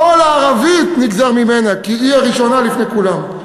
כל הערבית נגזרת ממנה, כי היא הראשונה לפני כולם.